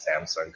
Samsung